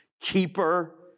keeper